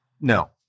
no